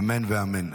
אמן ואמן.